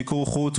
מיקור חוץ.